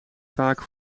vaak